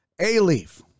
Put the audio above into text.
A-Leaf